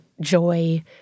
joy